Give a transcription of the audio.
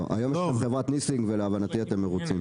לא, היום יש לכם חברת ליסינג ולהבנתי אתם מרוצים.